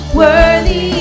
worthy